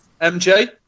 mj